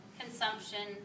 consumption